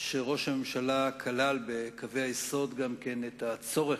שראש הממשלה כלל בקווי היסוד גם את הצורך